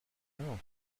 know